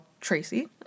Tracy